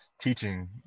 teaching